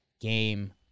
game